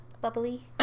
bubbly